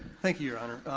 thank you, your honor.